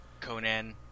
Conan